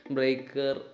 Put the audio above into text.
Breaker